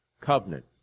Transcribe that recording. covenant